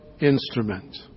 instrument